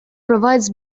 provides